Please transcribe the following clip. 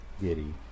giddy